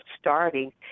starting